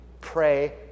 Pray